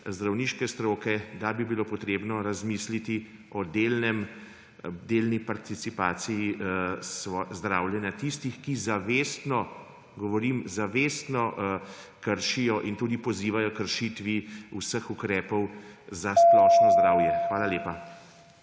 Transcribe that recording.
zdravniške stroke, da bi bilo treba razmisliti o delni participaciji zdravljenja tistih, ki zavestno – poudarjam, zavestno – kršijo in pozivajo h kršitvi vseh ukrepov za splošno zdravje. Hvala lepa.